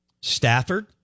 Stafford